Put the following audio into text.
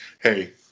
Hey